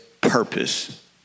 purpose